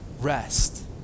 Rest